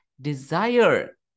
desire